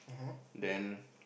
then